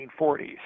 1940s